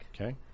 Okay